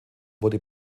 wurde